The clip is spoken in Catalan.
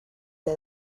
ple